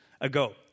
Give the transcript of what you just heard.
ago